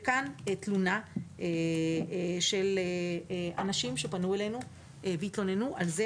וכאן תלונה של אנשים שפנו אלינו והתלוננו על זה